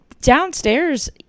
downstairs